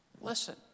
Listen